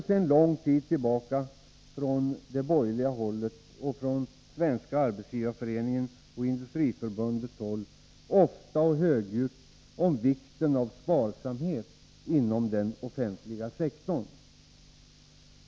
Sedan lång tid tillbaka talas det från det borgerliga hållet och från Svenska arbetsgivareföreningen och Industriförbundet ofta och högljutt om vikten av sparsamhet inom den offentliga sektorn.